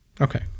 Okay